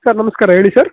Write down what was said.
sir ನಮಸ್ಕಾರ ಹೇಳಿ sir